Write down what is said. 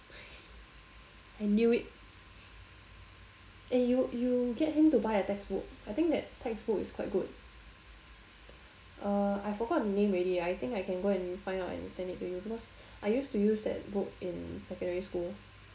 I knew it eh you you get him to buy a textbook I think that textbook is quite good uh I forgot the name already I think I can go and find out and send it to you because I used to use that book in secondary school